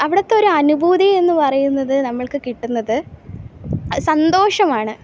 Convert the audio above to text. അവിടത്തൊരനുഭൂതി എന്ന് പറയുന്നത് നമ്മൾക്ക് കിട്ടുന്നത് സന്തോഷമാണ്